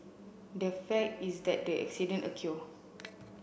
the fact is that the incident